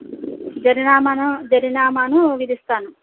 జరినామాను జరినామాను విధిస్తాను